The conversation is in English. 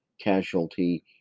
casualty